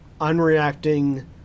unreacting